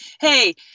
Hey